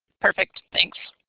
perfect, thanks.